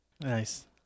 Nice